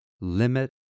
limit